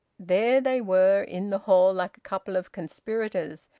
there they were in the hall, like a couple of conspirators,